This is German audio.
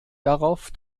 darauf